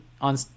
on